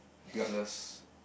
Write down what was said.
regardless